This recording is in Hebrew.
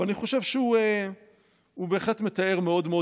ואני חושב שהוא בהחלט מתאר מאוד מאוד